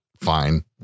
fine